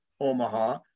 Omaha